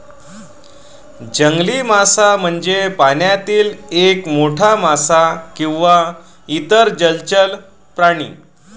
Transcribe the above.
जंगली मासा म्हणजे पाण्यातील एक मोठा मासा किंवा इतर जलचर प्राणी